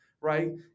right